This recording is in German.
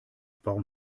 warum